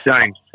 James